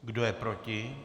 Kdo je proti?